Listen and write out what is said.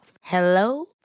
Hello